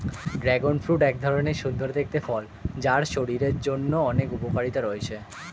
dragon fruit এক ধরণের সুন্দর দেখতে ফল যার শরীরের জন্য অনেক উপকারিতা রয়েছে